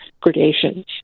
gradations